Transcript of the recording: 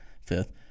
fifth